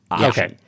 Okay